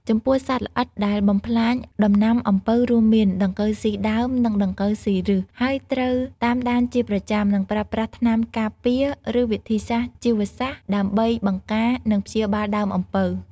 ចំពោះសត្វល្អិតដែលបំផ្លាញដំណាំអំពៅរួមមាន ដង្កូវស៊ីដើម និងដង្កូវស៊ីឫស ហើយត្រូវតាមដានជាប្រចាំ និងប្រើប្រាស់ថ្នាំការពារ ឬវិធីសាស្ត្រជីវសាស្រ្តដើម្បីបង្ការ និងព្យាបាលដើមអំពៅ។